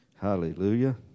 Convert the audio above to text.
Hallelujah